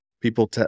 people